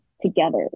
together